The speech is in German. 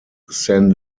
san